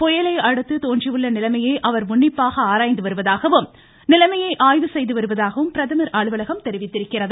புயலை அடுத்து தோன்றியுள்ள நிலைமையை அவர் உன்னிப்பாக ஆராய்ந்து வருவதாகவும் நிலமையை ஆய்வு செய்து வருவதாகவும் பிரதமர் அலுவலகம் தெரிவித்துள்ளது